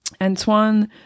Antoine